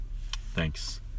Thanks